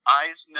eyes